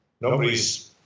nobody's